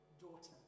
daughter